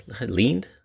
leaned